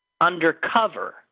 Undercover